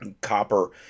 Copper